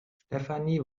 stefanie